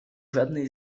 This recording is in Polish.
żadnej